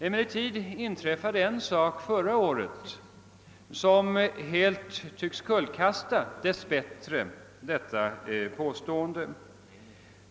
Emellertid inträffade förra året något som dess bättre helt tycks kullkasta detta påstående.